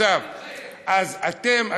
אז אתם,